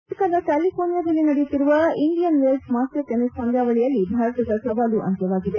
ಅಮೆರಿಕದ ಕ್ಯಾಲಿಘೋರ್ನಿಯಾದಲ್ಲಿ ನಡೆಯುತ್ತಿರುವ ಇಂಡಿಯನ್ ವೆಲ್ಸ್ ಮಾಸ್ಟರ್ಸ್ ಟೆನಿಸ್ ಪಂದ್ಯಾವಳಿಯಲ್ಲಿ ಭಾರತದ ಸವಾಲು ಅಂತ್ಯವಾಗಿದೆ